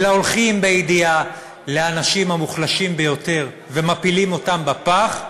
אלא הולכים בידיעה לאנשים המוחלשים ביותר ומפילים אותם בפח,